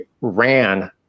ran